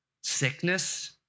sickness